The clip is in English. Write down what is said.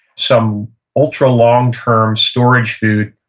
some ultra-long-term storage food.